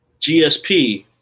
GSP